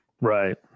Right